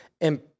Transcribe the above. And-